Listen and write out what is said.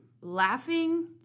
laughing